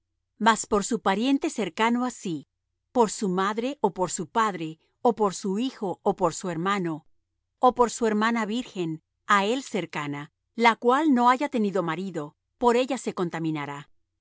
mas por su pariente cercano á sí por su madre ó por su padre ó por su hijo ó por su hermano o por su hermana virgen á él cercana la cual no haya tenido marido por ella se contaminará